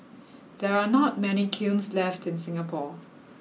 there are not many kilns left in Singapore